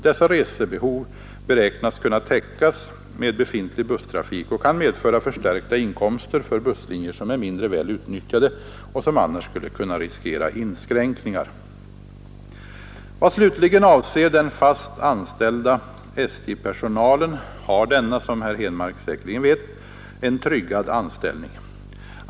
Dessa resebehov beräknas kunna täckas med befintlig busstrafik och kan medföra förstärkta inkomster för busslinjer, som är mindre väl utnyttjade och som annars skulle kunna riskera inskränkningar. Vad slutligen avser den fast anställda SJ-personalen har denna — som herr Henmark säkerligen vet — en tryggad anställning.